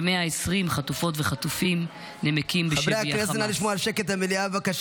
ו-120 חטופות וחטופים נמקים בשבי החמאס.